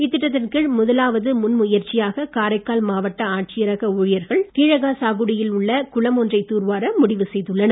இத்திட்டத்தின் கீழ் முதலாவது முன்முயற்சியாக காரைக்கால் மாவட்ட ஆட்சியரக ஊழியர்கள் கீழகாசாகுடி யில் உள்ள குளம் ஒன்றை தூர்வார முடிவு செய்துள்ளனர்